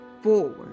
forward